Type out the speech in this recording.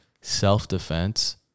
self-defense